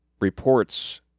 reports